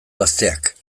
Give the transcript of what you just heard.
gazteak